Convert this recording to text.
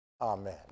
Amen